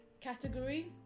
category